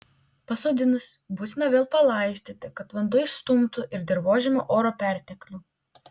pasodinus būtina vėl palaistyti kad vanduo išstumtų ir dirvožemio oro perteklių